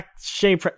shame